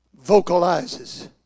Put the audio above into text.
vocalizes